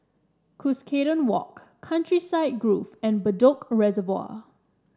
Cuscaden Walk Countryside Grove and Bedok Reservoir